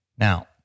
Now